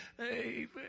Amen